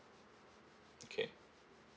okay